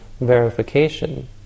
verification